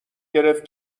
گرفت